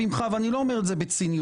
ואני לא אומר את זה בציניות.